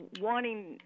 wanting